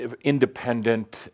Independent